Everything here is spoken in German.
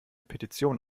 petition